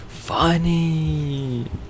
FUNNY